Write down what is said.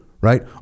right